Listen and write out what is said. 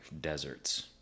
deserts